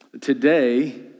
Today